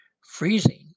Freezing